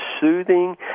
soothing